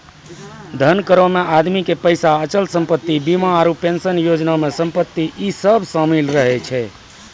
धन करो मे आदमी के पैसा, अचल संपत्ति, बीमा आरु पेंशन योजना मे संपत्ति इ सभ शामिल रहै छै